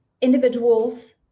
individuals